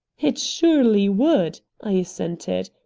it surely would! i assented.